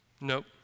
Nope